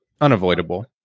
unavoidable